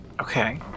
Okay